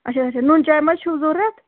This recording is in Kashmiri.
اَچھا اَچھا نُنہٕ چاے ما حظ چھَو ضروٗرت